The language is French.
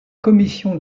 commission